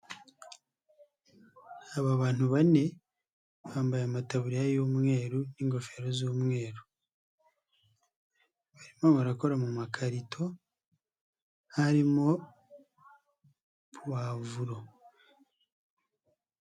Aba bantu bane bambaye amataburiya y'umweru n'ingofero z'umweru, barimo barakora mu makarito arimo puwavuro.